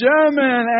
German